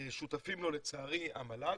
שותפים לו לצערי המל"ג,